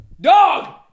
Dog